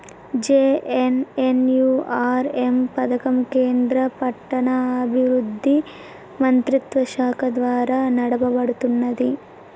JNNURM పథకం కేంద్ర పట్టణాభివృద్ధి మంత్రిత్వశాఖ ద్వారా నడపబడుతున్నది